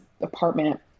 apartment